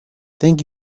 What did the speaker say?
thank